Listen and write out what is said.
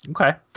Okay